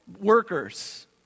workers